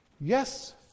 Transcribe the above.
Yes